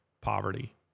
poverty